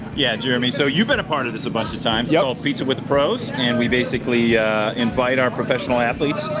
yeah, jeremy. so you've been a part of this a bunch of times. it's called pizza with the pros, and we basically invite our professional athletes,